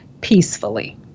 peacefully